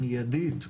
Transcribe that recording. מיידית,